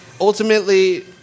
ultimately